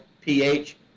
pH